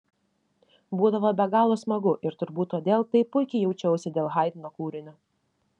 būdavo be galo smagu ir turbūt todėl taip puikiai jaučiausi dėl haidno kūrinio